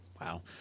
Wow